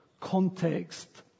context